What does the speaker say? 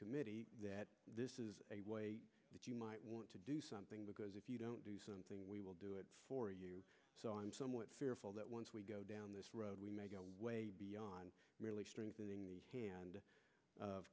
committee that this is a way that you might want to do something because if you don't do something we will do it for you so i'm somewhat fearful that once we go down this road we may go way beyond merely strengthening the end of